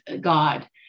God